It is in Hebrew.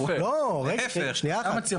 לא, שנייה אחת.